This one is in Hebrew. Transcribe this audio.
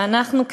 שאנחנו,